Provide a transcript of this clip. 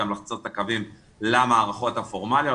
גם לחצות את הקווים למערכות הפורמליות.